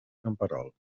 camperol